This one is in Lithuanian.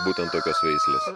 būtent tokios veislės